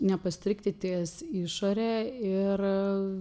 nepastrigti ties išore ir